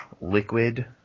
liquid